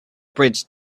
bridge